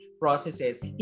processes